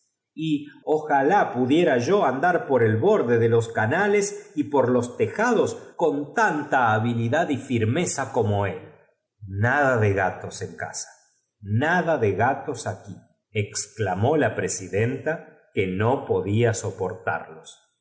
ojalá pudiera yo andar por el borde de las canales y por los tejados con tanta habilidad y firmeza como él nada de gatos e n casa nada de gatos aquí exclamó la presiden ta que no poáia soportarl os